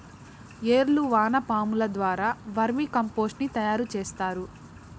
ఏర్లు వానపాముల ద్వారా వర్మి కంపోస్టుని తయారు చేస్తారు